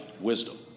wisdom